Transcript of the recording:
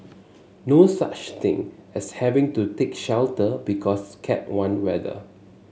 no such thing as having to take shelter because Cat one weather